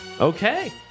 Okay